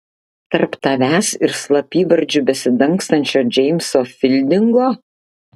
tarp tavęs ir slapyvardžiu besidangstančio džeimso fildingo